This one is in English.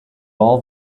all